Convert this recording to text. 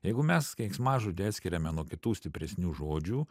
jeigu mes keiksmažodį atskiriami nuo kitų stipresnių žodžių